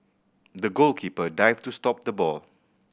the goalkeeper dived to stop the ball